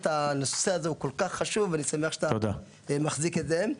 הנושא הזה הוא כל כך חשוב ואני שמח שאתה מחזיק את זה.